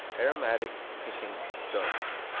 aromatic, piquant stone.